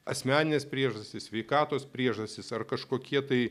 asmeninės priežastys sveikatos priežastys ar kažkokie tai